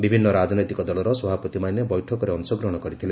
ବିଭିନ୍ନ ରାଜନୈତିକ ଦଳର ସଭାପତିମାନେ ବୈଠକରେ ଅଂଶଗ୍ରହଣ କରିଥିଲେ